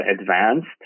advanced